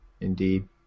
Indeed